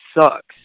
sucks